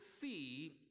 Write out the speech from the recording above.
see